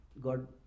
God